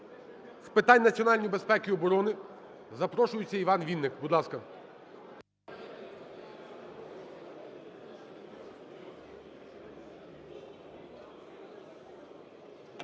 з питань національної безпеки і оборони запрошується Іван Вінник, будь ласка.